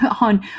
on